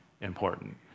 important